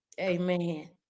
Amen